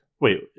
Wait